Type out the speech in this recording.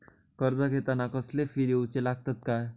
कर्ज घेताना कसले फी दिऊचे लागतत काय?